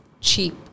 cheap